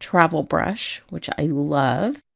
travel brush, which i love.